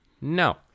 No